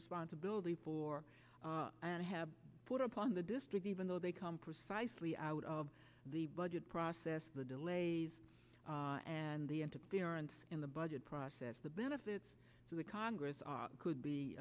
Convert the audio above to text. responsibility for and have put upon the district even though they come precisely out of the budget process the delays and the end appearance in the budget process the benefits to the congress are could be